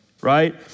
Right